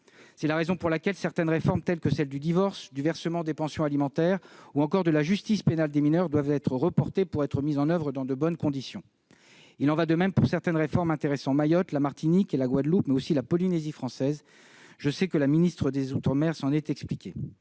C'est la raison pour laquelle certaines réformes telles que celles du divorce, du versement des pensions alimentaires ou encore de la justice pénale des mineurs doivent être reportées pour être mises en oeuvre dans de bonnes conditions. Il en va de même pour certaines réformes intéressant Mayotte, la Martinique et la Guadeloupe, mais aussi la Polynésie française. Je sais que la ministre des outre-mer s'en est expliquée.